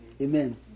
Amen